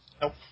Nope